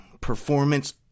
performance